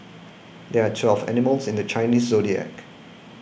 there are twelve animals in the Chinese zodiac